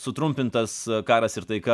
sutrumpintas karas ir taika